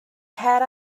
cer